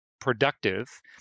productive